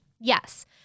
Yes